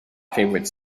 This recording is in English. favourite